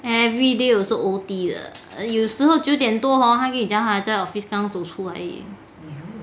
everyday also O_T 的有时候九点多 hor 她可以讲她在 office 刚走出而已